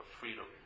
freedom